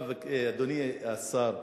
אדוני השר,